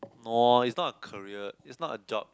no is not a career is not a job